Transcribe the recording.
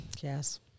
yes